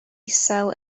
isel